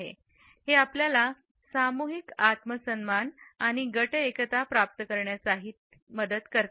हे आपल्याला सामूहिक आत्मसन्मान आणि गट एकता प्राप्त करण्यासही मदत करतात